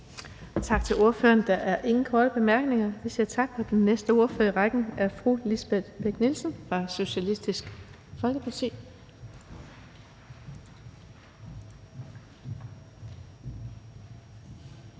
Tak til ordføreren. Der er ingen korte bemærkninger, så vi siger tak. Den næste ordfører i rækken er Lisbeth Bech-Nielsen fra Socialistisk Folkeparti.